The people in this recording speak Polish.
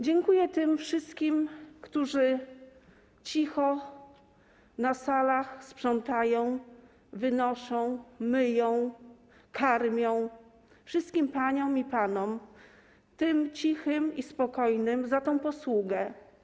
Dziękuję tym wszystkim, którzy cicho na salach sprzątają, wynoszą, myją, karmią, wszystkim paniom i panom, tym cichym i spokojnym, za tę posługę.